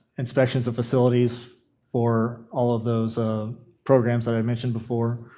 inspections of facilities for all of those programs that i mentioned before.